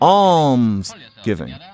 almsgiving